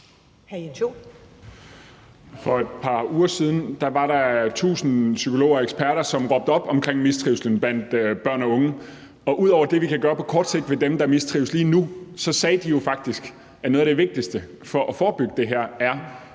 For et par uger siden var der over 1.000 psykologer og eksperter, som råbte op omkring mistrivslen blandt børn og unge, og de sagde jo faktisk, at ud over det, vi kan gøre på kort sigt i forhold til dem, der mistrives lige nu, så er noget af det vigtigste for at forebygge det her